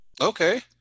Okay